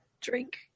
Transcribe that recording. drink